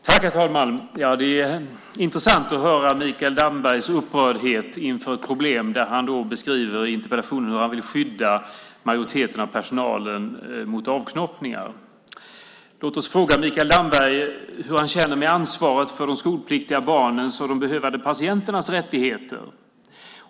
Herr talman! Det är intressant att höra Mikael Dambergs upprördhet inför ett problem när han i interpellationen beskriver hur han vill skydda majoriteten av personalen mot avknoppningar. Låt oss fråga Mikael Damberg hur han känner i fråga om ansvaret för de skolpliktiga barnens och de behövande patienternas rättigheter.